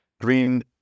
green